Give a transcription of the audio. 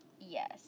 yes